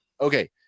Okay